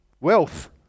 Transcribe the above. Wealth